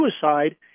suicide